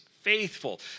faithful